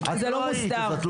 זה לא הוסדר,